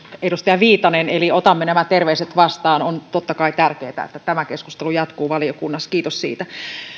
edustaja viitanen eli otamme nämä terveiset vastaan on totta kai tärkeää että tämä keskustelu jatkuu valiokunnassa kiitos siitä